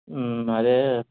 అదే